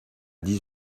dix